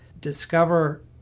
discover